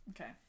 Okay